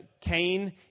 Cain